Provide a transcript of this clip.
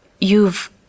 You've